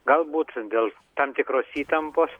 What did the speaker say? galbūt dėl tam tikros įtampos